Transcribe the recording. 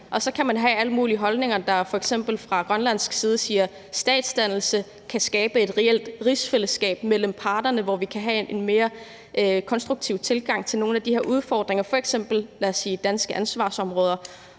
og så kan man jo have alle mulige holdninger. F.eks. bliver der fra Grønlands side sagt: Statsdannelse kan skabe et reelt rigsfællesskab mellem parterne, hvor vi kan have en mere konstruktiv tilgang til nogle af de her udfordringer, f.eks. med hensyn til danske ansvarsområder